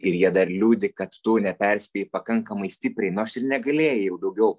ir jie dar liūdi kad tu neperspėjai pakankamai stipriai nors ir negalėjai jau daugiau